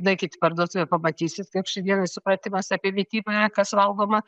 nueikit į parduotuvę pamatysit kaip šiai dienai supratimas apie mitybą yra kas valgoma